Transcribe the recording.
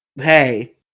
Hey